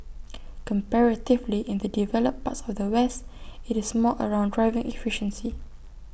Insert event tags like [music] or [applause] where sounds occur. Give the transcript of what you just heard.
[noise] comparatively in the developed parts of the west IT is more around driving efficiency